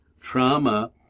Trauma